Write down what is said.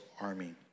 army